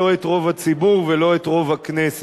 לא את רוב הציבור ולא את רוב הכנסת.